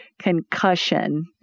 concussion